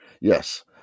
yes